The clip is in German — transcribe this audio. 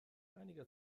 einiger